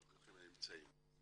ברוכים הנמצאים.